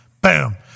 Boom